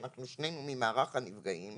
אנחנו שנינו ממערך הנפגעים,